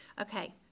Okay